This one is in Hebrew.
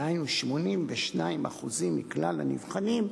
דהיינו 82% מכלל הנבחנים,